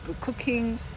cooking